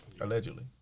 allegedly